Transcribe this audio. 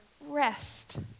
rest